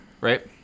Right